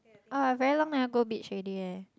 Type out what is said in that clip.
oh I very long never go beach already eh